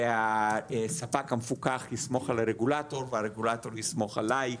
והספק המפוקח יסמוך על הרגולטור והרגולטור יסמוך עליי,